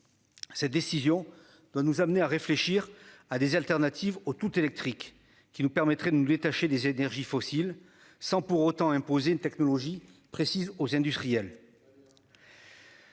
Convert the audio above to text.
Cette décision doit nous amener à réfléchir à des alternatives au tout électrique qui nous permettrait de nous détacher des énergies fossiles sans pour autant imposer une technologie précise aux industriels.